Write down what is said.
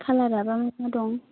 कालारआ बा मा मा दं